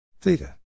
Theta